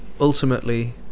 ultimately